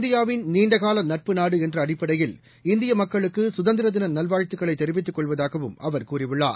இந்தியாவின் நீண்டகாலநட்பு நாடுஎன்றஅடிப்படையில் இந்தியமக்களுக்குசுதந்திரதினநல்வாழ்வுத்துக்களைதெரிவித்துக் கொள்வதாகவும் அவர் கூறியுள்ளார்